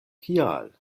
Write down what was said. kial